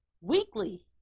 weekly